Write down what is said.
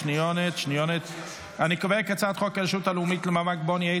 אני קובע כי הצעת חוק הרשות הלאומית למאבק בעוני,